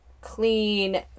clean